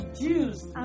Jews